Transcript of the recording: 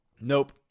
Nope